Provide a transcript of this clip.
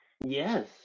Yes